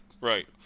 Right